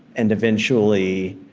and eventually,